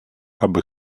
аби